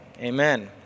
amen